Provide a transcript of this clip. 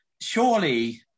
Surely